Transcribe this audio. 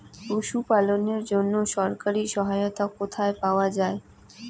পশু পালনের জন্য সরকারি সহায়তা কোথায় পাওয়া যায়?